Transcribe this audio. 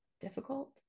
difficult